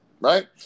right